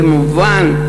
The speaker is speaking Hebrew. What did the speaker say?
כמובן,